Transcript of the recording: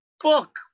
book